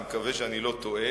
אני מקווה שאני לא טועה,